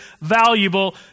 valuable